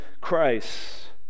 Christ